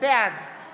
תפנה אליה ותדבר